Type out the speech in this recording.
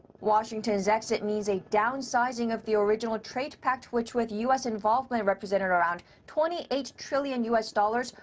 washington's exit means a downsizing of the original trade pact which with u s. involvement represented around twenty eight trillion u s. dollars,